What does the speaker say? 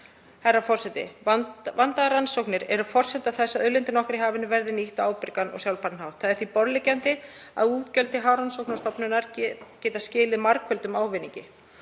Herra forseti. Vandaðar rannsóknir eru forsenda þess að auðlindin okkar í hafinu verði nýtt á ábyrgan og sjálfbæran hátt. Því er borðleggjandi að útgjöld til Hafrannsóknastofnunar geta skilað margföldum ávinningi.